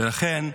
ולכן,